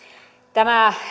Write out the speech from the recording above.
tämä